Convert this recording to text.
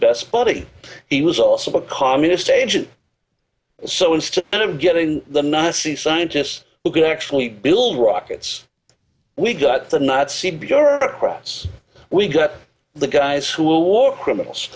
best buddy he was also a communist agent so instead of getting the nazi scientists who could actually build rockets we got the nazi bureaucrats we got the guys who will war criminals